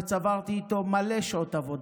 וצברתי איתו מלא שעות עבודה,